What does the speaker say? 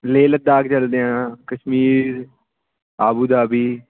ਲੇਹ ਲੱਦਾਖ ਚੱਲਦੇ ਹਾਂ Kashmir Abu Dhabi